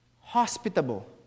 hospitable